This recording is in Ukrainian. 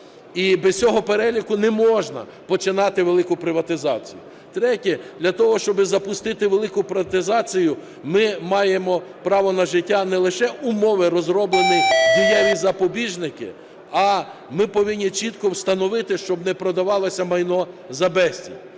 І без цього переліку не можна починати велику приватизацію. Третє. Для того, щоб запустити велику приватизацію, ми маємо право на життя не лише за умови розроблення дієвих запобіжників, а ми повинні чітко встановити, щоб не продавалося майно за безцінь.